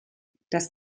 das